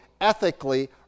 ethically